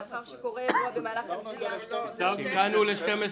לאחר שקורה אירוע במהלך הנסיעה --- תיקנו את זה ל-12.